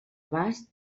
abast